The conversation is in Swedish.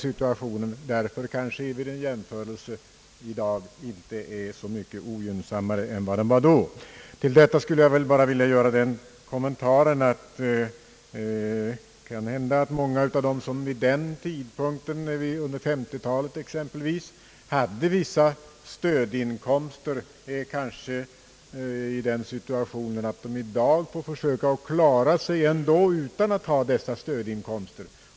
Situationen är kanske därför vid en jämförelse inte så mycket ogynnsammare i dag än vad den var då. Till detta skulle jag vilja göra den kommentaren att det kan hända att många som på 1950-talet hade vissa stödinkomster kanske i dag är i den situationen att de får klara sig utan dessa stödinkomster.